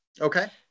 Okay